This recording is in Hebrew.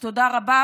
אז תודה רבה.